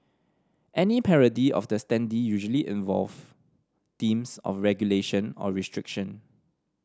any parody of the standee usually involve themes of regulation or restriction